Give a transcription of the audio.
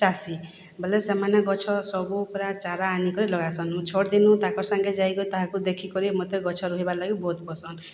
ଚାଷୀ ବେଲେ ସେମାନେ ଗଛର ସବୁ ପୁରା ଚାରା ଆନିକରି ଲଗାସନ୍ ମୁଁ ଛୋଟ ଦିନୁ ତାଙ୍କର୍ ସାଙ୍ଗେ ଯାଇକି ତାହାକୁ ଦେଖିକରି ମତେ ଗଛ ଲଗାଇବାର ଲାଗି ବହୁତ୍ ପସନ୍ଦ୍